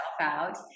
out